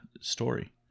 story